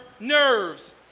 nerves